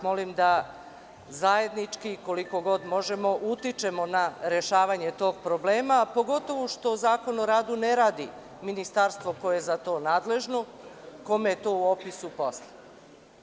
Molim vas da zajednički, koliko god možemo, utičemo na rešavanje tog problema, pogotovo što zakon o radu ne radi ministarstvo koje je za to nadležno, kome je to u opisu posla.